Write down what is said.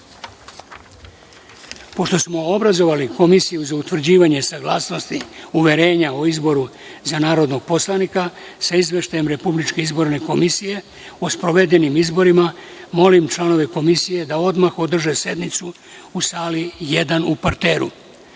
smo obrazovali Komisiju za utvrđivanje saglasnosti uverenja o izboru za narodnog poslanika sa Izveštajem Republičke izborne komisije o sprovedenim izborima, molim članove Komisije da odmah održe sednicu u sali I u